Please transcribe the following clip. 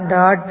read ldr